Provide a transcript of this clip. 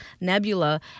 nebula